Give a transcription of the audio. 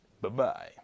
Bye-bye